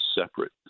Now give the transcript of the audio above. separate